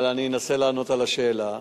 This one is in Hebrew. אבל אני אנסה לענות על השאלה.